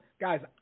guys